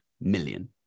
million